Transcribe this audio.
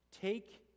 Take